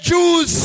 Jews